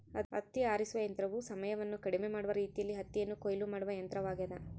ಹತ್ತಿ ಆರಿಸುವ ಯಂತ್ರವು ಸಮಯವನ್ನು ಕಡಿಮೆ ಮಾಡುವ ರೀತಿಯಲ್ಲಿ ಹತ್ತಿಯನ್ನು ಕೊಯ್ಲು ಮಾಡುವ ಯಂತ್ರವಾಗ್ಯದ